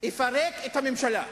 אפרק את הממשלה.